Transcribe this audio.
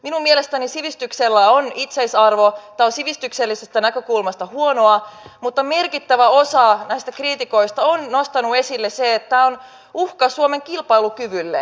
minun mielestäni sivistyksellä on itseisarvo tämä on sivistyksellisestä näkökulmasta huonoa mutta merkittävä osa näistä kriitikoista on nostanut esille sen että tämä on uhka suomen kilpailukyvylle